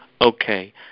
Okay